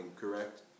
correct